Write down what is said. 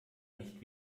nicht